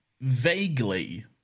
vaguely